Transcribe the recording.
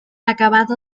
acabado